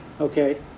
Okay